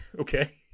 Okay